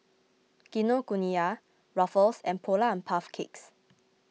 Kinokuniya Ruffles and Polar and Puff Cakes